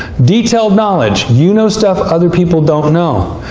detailed knowledge you know stuff other people don't know.